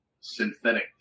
synthetic